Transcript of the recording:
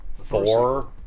Thor